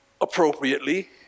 appropriately